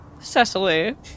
Cecily